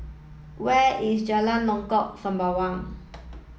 where is Jalan Lengkok Sembawang